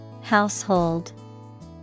household